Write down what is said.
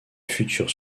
futures